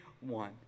one